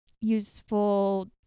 useful